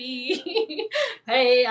Hey